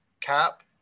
cap